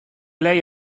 lei